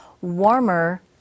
warmer